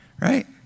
Right